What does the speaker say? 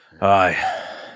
Aye